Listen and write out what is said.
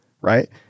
right